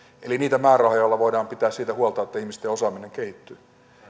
eli niitä määrärahoja joilla voidaan pitää huolta siitä että ihmisten osaaminen kehittyy